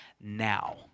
now